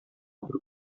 борып